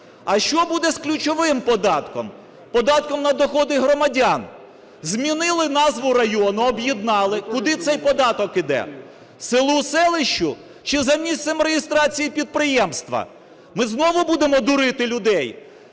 а що буде з ключовим податком – податком на доходи громадян? Змінили назву району, об'єднали. Куди цей податок іде? Селу, селищу чи за місцем реєстрації підприємства? Ми знову будемо дурити людей?